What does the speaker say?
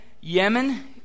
Yemen